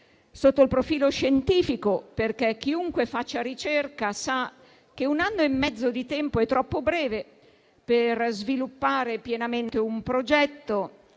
sotto il profilo scientifico, perché chiunque faccia ricerca sa che un anno e mezzo di tempo è troppo breve per sviluppare pienamente un progetto,